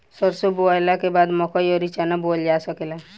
सरसों बोअला के बाद मकई अउर चना बोअल जा सकेला